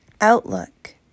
Outlook